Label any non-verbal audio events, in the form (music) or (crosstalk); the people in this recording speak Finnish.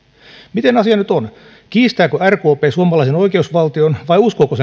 miten asia nyt on kiistääkö rkp suomalaisen oikeusvaltion vai uskooko (unintelligible)